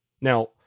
Now